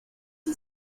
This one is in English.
you